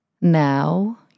Now